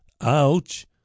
ouch